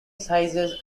sizes